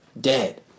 Dead